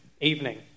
evening